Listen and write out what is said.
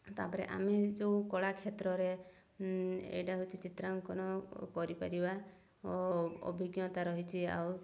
ତାପରେ ଆମେ ଯେଉଁ କଳା କ୍ଷେତ୍ରରେ ଏଇଟା ହେଉଛି ଚିତ୍ରାଙ୍କନ କରିପାରିବା ଅଭିଜ୍ଞତା ରହିଛି ଆଉ